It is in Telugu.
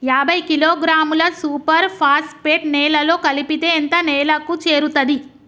యాభై కిలోగ్రాముల సూపర్ ఫాస్ఫేట్ నేలలో కలిపితే ఎంత నేలకు చేరుతది?